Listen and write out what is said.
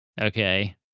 Okay